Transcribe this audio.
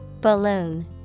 balloon